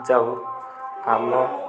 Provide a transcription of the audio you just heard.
ଯାଉ କାମ